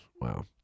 Wow